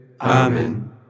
Amen